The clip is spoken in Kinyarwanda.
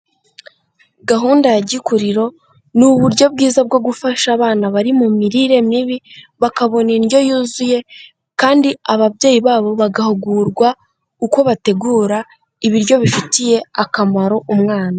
Gahunda ya gikuriro, ni uburyo bwiza bwo gufasha abana bari mu mirire mibi, bakabona indyo yuzuye kandi ababyeyi babo bagahugurwa uko bategura ibiryo bifitiye akamaro umwana.